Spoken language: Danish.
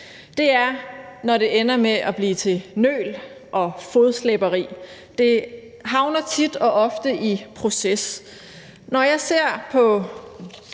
tage, er, når det ender med at blive til nøl og fodslæberi. Det havner tit og ofte i proces.